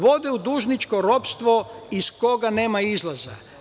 Vode u dužničko ropstvo iz koga nema izlaza.